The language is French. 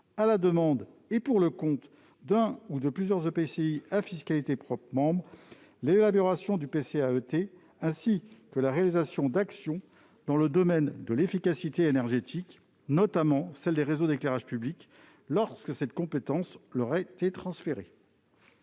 à la demande et pour le compte d'un ou de plusieurs EPCI à fiscalité propre membres, l'élaboration du PCAET ainsi que la réalisation d'actions dans le domaine de l'efficacité énergétique, notamment celle des réseaux d'éclairage public lorsque cette compétence leur a été transférée.